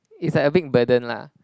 it's like a big burden lah